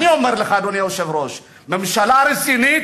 אדוני היושב-ראש, אני אומר לך: ממשלה רצינית,